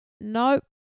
nope